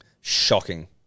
Shocking